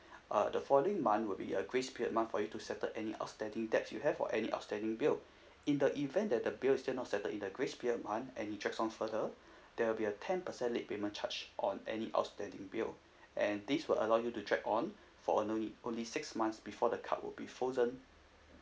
uh the following month would be a grace period month for you to settle any outstanding debt you have or any outstanding bill in the event that the bill is still not settled in the grace period month and it drags on further there will be a ten percent late payment charge on any outstanding bill and this will allow you to drag on for an only only six months before the card will be frozen